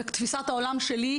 ותפיסת העולם שלי,